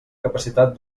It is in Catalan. capacitat